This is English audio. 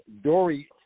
Dory